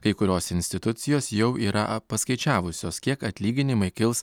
kai kurios institucijos jau yra paskaičiavusios kiek atlyginimai kils